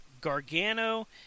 Gargano